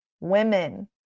Women